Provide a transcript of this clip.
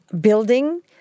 building